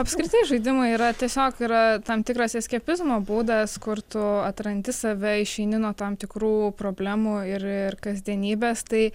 apskritai žaidimai yra tiesiog yra tam tikras eskapizmo būdą kur tu atrandi save išeini nuo tam tikrų problemų ir ir kasdienybės tai